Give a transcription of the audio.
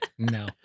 No